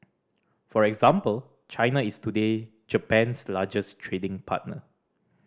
for example China is today Japan's largest trading partner